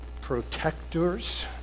protectors